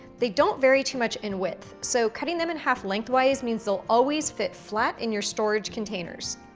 they don't vary too much in width. so cutting them in half lengthwise means they'll always fit flat in your storage containers.